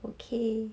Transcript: okay